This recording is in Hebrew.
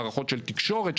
מערכות של תקשורת,